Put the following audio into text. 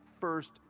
first